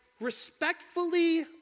respectfully